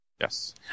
Yes